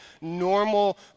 normal